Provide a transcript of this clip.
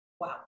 wow